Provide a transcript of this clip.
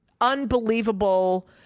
unbelievable